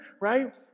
right